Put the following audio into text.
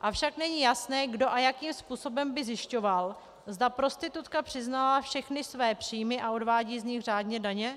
avšak není jasné, kdo a jakým způsobem by zjišťoval, zda prostitutka přiznala všechny své příjmy a odvádí z nich řádně daně.